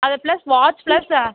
அது plus watch plus